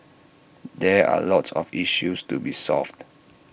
there are lots of issues to be solved